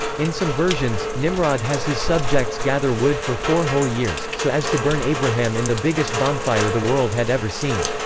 in some versions, nimrod has his subjects gather wood for four whole years, so as to burn abraham in the biggest bonfire the world had ever seen.